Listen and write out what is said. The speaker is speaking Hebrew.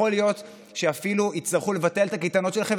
יכול להיות שאפילו יצטרכו לבטל את הקייטנות שלכם,